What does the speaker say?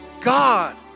God